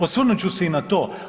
Osvrnut ću se i na to.